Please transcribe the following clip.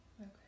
Okay